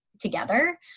together